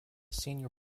senior